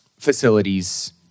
Facilities